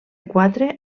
quatre